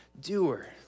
doer